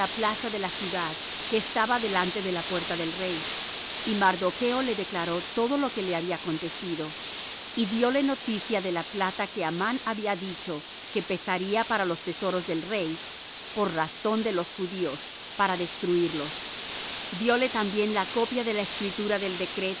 plaza de la ciudad que estaba delante de la puerta del rey y mardocho le declaró todo lo que le había acontecido y dióle noticia de la plata que amán había dicho que pesaría para los tesoros del rey por razón de los judíos para destruirlos dióle también la copia de la escritura del